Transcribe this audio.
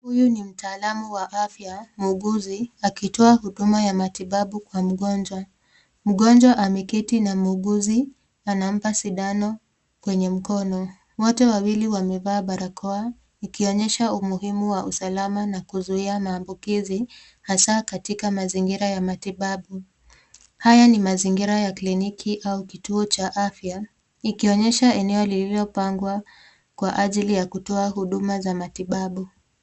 Huyu ni mtaalamu wa afya, muuguzi, akitoa huduma ya matibabu kwa mgonjwa. Mgonjwa ameketi na muuguzi, anampa sindano kwenye mkono. Wote wawili wamevaa barakoa, ikionyesha umuhimu wa usalama na kuzuia maambukizi hasa katika mazingira ya matibabu. Haya ni mazingira ya kliniki au kituo cha afya, ikionyesha eneo lililopangwa kwa ajili ya kutoa huduma za matibabu.